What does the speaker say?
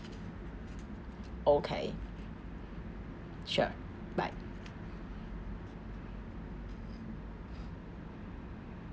okay sure bye